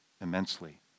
immensely